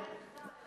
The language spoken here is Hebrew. תודה לך,